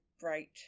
bright